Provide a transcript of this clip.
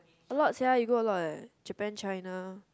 a lot sia you go a lot leh Japan China